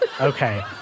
Okay